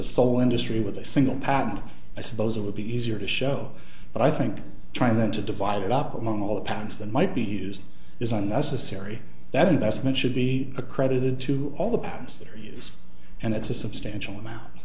a sole industry with a single patent i suppose it would be easier to show but i think trying to divide it up among all the patents that might be used is unnecessary that investment should be accredited to all the past three years and it's a substantial amount